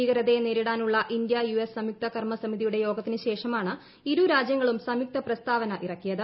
ഭീകരതയെ നേരിടാനുള്ള India U S സംയുക്ത് കർമസമിതിയുടെ യോഗത്തിന് ശേഷമാണ് ഇരുരാജ്യ ങ്ങളും സംയുക്ത പ്രസ്താവന ഇറക്കിയത്